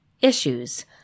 issues